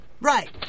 Right